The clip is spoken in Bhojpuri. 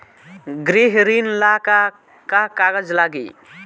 गृह ऋण ला का का कागज लागी?